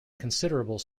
considerable